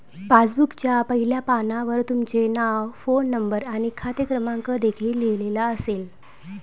पासबुकच्या पहिल्या पानावर तुमचे नाव, फोन नंबर आणि खाते क्रमांक देखील लिहिलेला असेल